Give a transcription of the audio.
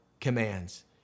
commands